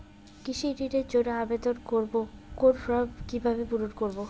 কৃষি ঋণের জন্য আবেদন করব কোন ফর্ম কিভাবে পূরণ করব?